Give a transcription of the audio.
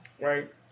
Right